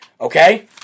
Okay